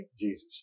Jesus